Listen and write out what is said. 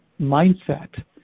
mindset